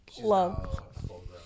Love